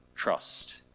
trust